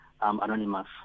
Anonymous